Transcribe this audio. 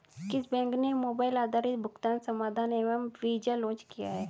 किस बैंक ने मोबाइल आधारित भुगतान समाधान एम वीज़ा लॉन्च किया है?